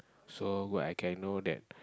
so I can know that